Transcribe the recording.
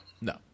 no